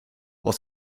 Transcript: vad